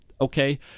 okay